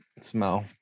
smell